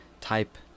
type